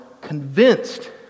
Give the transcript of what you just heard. convinced